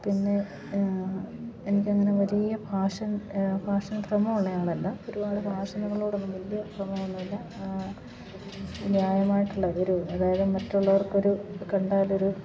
പിന്നെ എനിക്കങ്ങനെ വലിയ ഫാഷൻ ഫാഷൻ ഭ്രമം ഉള്ളയാളല്ല ഒരുപാട് ഫാഷനുകളോടൊന്നും വലിയ ഭ്രമം ഒന്നുമില്ല ന്യായമായിട്ടുള്ള ഒരു അതായത് മറ്റുള്ളവർക്കൊരു കണ്ടാലൊരു